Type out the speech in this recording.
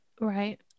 right